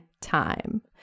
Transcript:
time